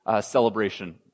celebration